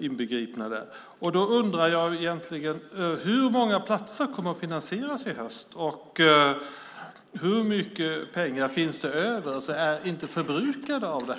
inbegripen. Då undrar jag: Hur många platser kommer att finansieras i höst? Hur mycket pengar finns det över, är inte förbrukade?